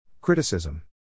Criticism